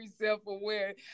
self-aware